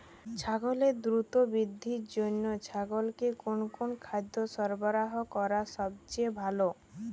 ছাগলের দ্রুত বৃদ্ধির জন্য ছাগলকে কোন কোন খাদ্য সরবরাহ করা সবচেয়ে ভালো?